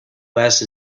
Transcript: west